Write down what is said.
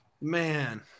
Man